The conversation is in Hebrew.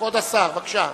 כבוד השר, בבקשה.